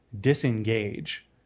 disengage